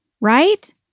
right